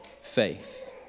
faith